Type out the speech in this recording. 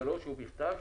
מראש ובכתב,